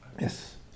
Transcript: Yes